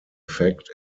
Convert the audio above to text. effect